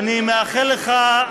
ואני מאחל לך,